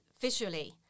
Visually